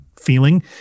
feeling